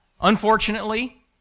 Unfortunately